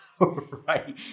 Right